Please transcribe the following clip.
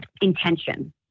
intention